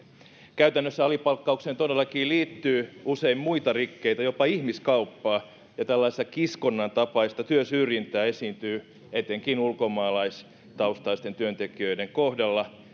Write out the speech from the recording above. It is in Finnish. käytännössä alipalkkaukseen todellakin liittyy usein muita rikkeitä jopa ihmiskauppaa ja tällaista kiskonnan tapaista työsyrjintää esiintyy etenkin ulkomaalaistaustaisten työntekijöiden kohdalla